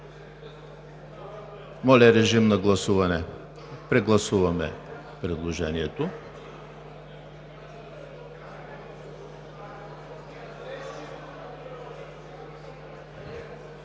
Моля, режим на гласуване, прегласуваме предложението.